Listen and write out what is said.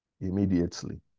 immediately